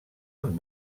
amb